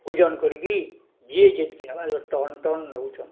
ଓଜନ କରିକିରି ଯିଏ ଯେତକିରି ନେବା ଟନ୍ ଟନ୍ ନଉଛନ୍